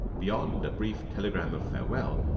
beyond a brief telegram of farewell,